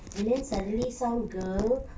and then suddenly some girl